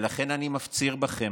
לכן אני מפציר בכם,